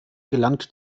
gelangt